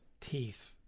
teeth